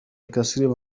الكثير